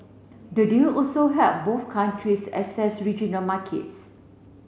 the deal also help both countries access regional markets